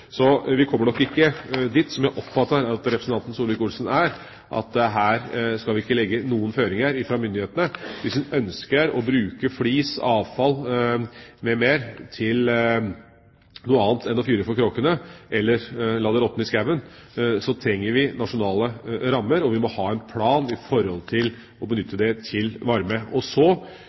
Så vi kommer nok ikke dit som jeg oppfatter at representanten Solvik-Olsen er, at her skal vi ikke legge noen føringer fra myndighetenes side. Hvis man ønsker å bruke flis og avfall med mer til noe annet enn å fyre for kråkene eller la det råtne i skogen, trenger vi nasjonale rammer, og vi må ha en plan for å benytte det til varme. Så skal vi bruke noe tid på å diskutere innholdet i den nye TEK-en og